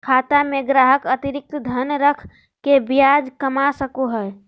खाता में ग्राहक अतिरिक्त धन रख के ब्याज कमा सको हइ